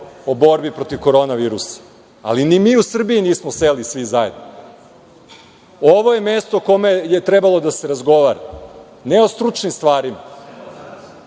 o borbi protiv koronavirusa, ali ni mi u Srbiji nismo seli svi zajedno. Ovo je mesto na kome je trebalo da se razgovara, ne o stručnim stvarima,